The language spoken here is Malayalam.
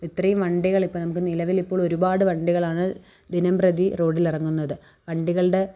ഇത്രയും വണ്ടികളിപ്പോള് നമുക്ക് നിലവിൽ ഇപ്പോൾ ഒരുപാട് വണ്ടികളാണ് ദിനം പ്രതി റോഡിലിറങ്ങുന്നത് വണ്ടികളുടെ